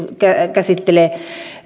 käsittelee